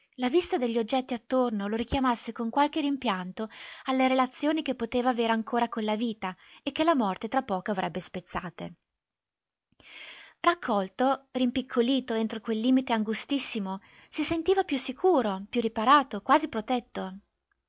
la vista degli oggetti attorno lo richiamasse con qualche rimpianto alle relazioni che poteva avere ancora con la vita e che la morte tra poco avrebbe spezzate raccolto rimpiccolito entro quel limite angustissimo si sentiva più sicuro più riparato quasi protetto